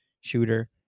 Shooter